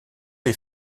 les